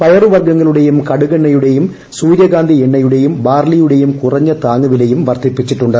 പയറുവർഗ്ഗങ്ങളുടേയും കടുകെണ്ണയുടേയും സൂര്യകാന്തി എണ്ണയുടേയും ബാർലിയുടേയും കുറഞ്ഞ താങ്ങൂവിലയും വർദ്ധിപ്പിച്ചിട്ടുണ്ട്